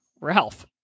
Ralph